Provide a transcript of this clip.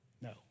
No